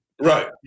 Right